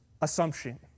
assumption